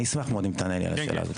אני אשמח מאוד אם תענה לי על השאלה הזאת.